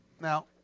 Now